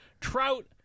Trout